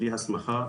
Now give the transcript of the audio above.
בלי הסמכה ובלי סמכות.